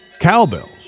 cowbells